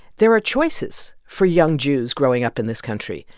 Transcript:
there are choices for young jews growing up in this country.